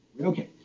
okay